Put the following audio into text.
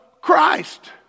Christ